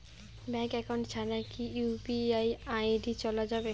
Bank account ছাড়া কি UPI ID চোলা যাবে?